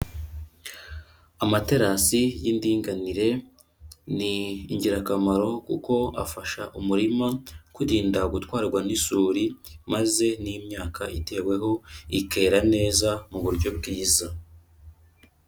Amaterasi y'indinganire ni ingirakamaro kuko afasha umurima kwirinda gutwarwa n'isuri maze n'imyaka iteweho ikera neza mu buryo bwiza.